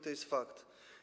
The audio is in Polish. To jest fakt.